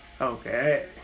Okay